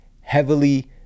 heavily